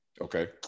Okay